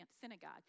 synagogue